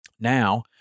Now